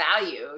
value